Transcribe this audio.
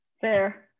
Fair